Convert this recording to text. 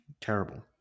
Terrible